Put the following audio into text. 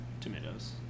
tomatoes